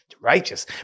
righteous